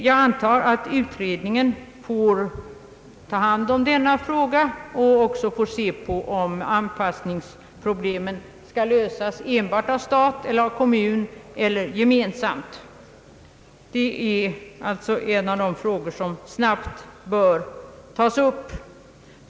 Jag antar att utredningen får ta hand om denna fråga, studera om anpassningsproblemen skall lösas enbart av staten, kommunen eller av dem båda gemensamt. Det är alltså en av de frågor som snabbt bör tas upp.